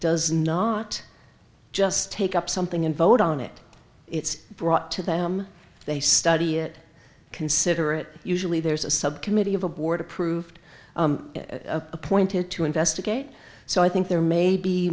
does not just take up something in vote on it it's brought to them they study it considerate usually there's a subcommittee of a board approved appointed to investigate so i think there may be